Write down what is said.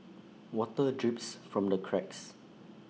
water drips from the cracks